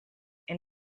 and